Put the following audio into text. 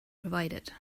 provided